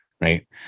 Right